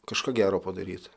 kažką gero padaryt